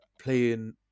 playing